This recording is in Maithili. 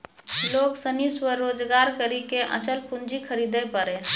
लोग सनी स्वरोजगार करी के अचल पूंजी खरीदे पारै